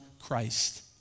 Christ